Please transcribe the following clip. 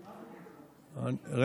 אני שואל: כמה טלפונים כשרים יש?